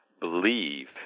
believe